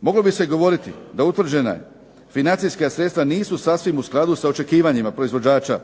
Moglo bi se govoriti da utvrđena financijska sredstva nisu sasvim u skladu s očekivanjima proizvođača,